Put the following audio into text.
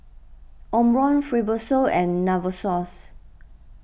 Omron Fibrosol and Novosource